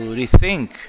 rethink